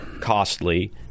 costly